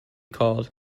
called